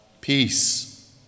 peace